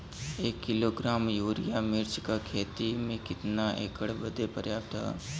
एक kilogram urea मिर्च क खेती में कितना एकड़ बदे पर्याप्त ह?